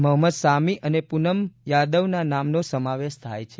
મહમ્મદ શામી અને પૂનમ યાદવના નામનો સમાવેશ થાય છે